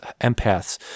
empaths